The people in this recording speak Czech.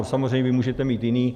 Samozřejmě, můžete mít jiný.